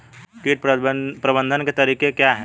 कीट प्रबंधन के तरीके क्या हैं?